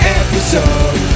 episode